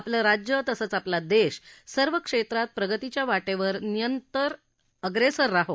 आपले राज्य तसेच आपला देश सर्व क्षेत्रात प्रगतीच्या वाटेवर निरंतर अग्रेसर राहो